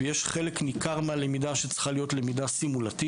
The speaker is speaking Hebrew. ויש חלק ניכר מהלמידה שצריכה להיות סימולטיבית.